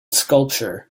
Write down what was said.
sculpture